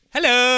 Hello